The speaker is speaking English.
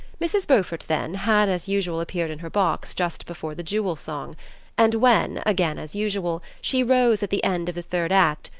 mrs. beaufort, then, had as usual appeared in her box just before the jewel song and when, again as usual, she rose at the end of the third act,